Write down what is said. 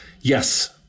Yes